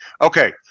Okay